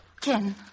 Ken